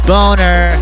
Boner